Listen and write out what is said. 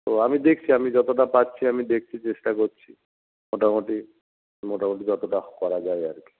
তো আমি দেখছি আমি যতোটা পারছি আমি দেখছি চেষ্টা করছি মোটামোটি মোটামোটি যতোটা করা যায় আর কি